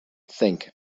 think